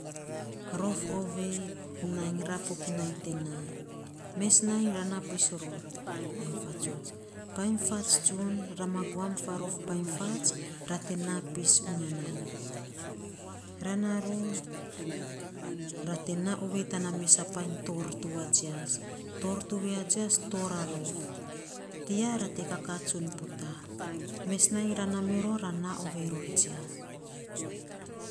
Rof ovei nainy fokinai te naa, mes nainy, ra naa pis ror painy fats tsun, ra ma gumam faarof painy fats. Ra te naa fis uya nan. Ra naa ror, ra te naa ovei tana mes a painy toor tuwa jias, toor a rof. Tiya ra te kakaa tsun peto. Mes nainy na naa miro, ra naa ovei ror jias.